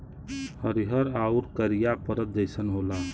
हरिहर आउर करिया परत जइसन होला